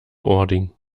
ording